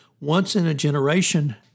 once-in-a-generation